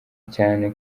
cyane